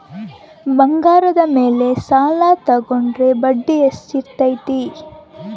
ಬಂಗಾರದ ಮೇಲೆ ಸಾಲ ತೋಗೊಂಡ್ರೆ ಬಡ್ಡಿ ಎಷ್ಟು ಇರ್ತೈತೆ?